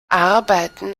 arbeiten